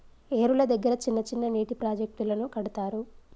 ఏరుల దగ్గర చిన్న చిన్న నీటి ప్రాజెక్టులను కడతారు